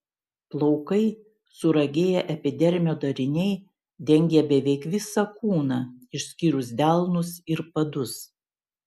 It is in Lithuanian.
plaukai suragėję epidermio dariniai dengia beveik visą kūną išskyrus delnus ir padus